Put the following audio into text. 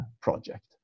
project